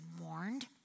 warned